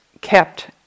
kept